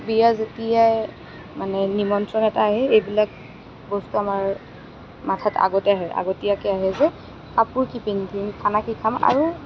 বিয়াৰ যেতিয়াই মানে নিমন্ত্ৰণ এটা আহে এইবিলাক বস্তু আমাৰ মাথাত আগতেই আহে আগতীয়াকৈ আহে যে কাপোৰ কি পিন্ধিম খানা কি খাম আৰু